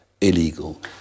illegal